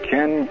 Ken